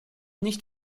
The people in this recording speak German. nicht